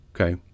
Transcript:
okay